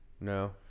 No